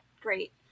great